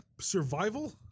survival